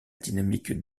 dynamique